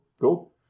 Cool